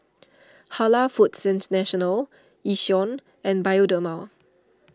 Halal Foods International Yishion and Bioderma